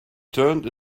turned